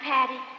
Patty